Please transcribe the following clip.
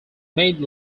made